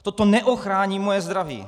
Toto neochrání moje zdraví.